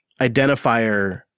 identifier